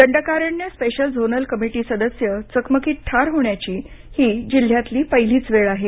Dandakaranya special zonal committee सदस्य चकमकीत ठार होण्याची ही जिल्ह्यातील पहिलीच वेळ आहे